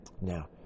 Now